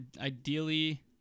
ideally